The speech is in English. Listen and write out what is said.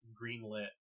greenlit